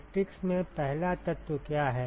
matrix में पहला तत्व क्या है